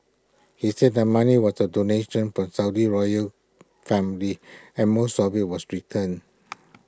he said the money was A donation from the Saudi royal family and most of IT was returned